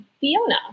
Fiona